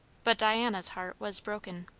but diana's heart was broken.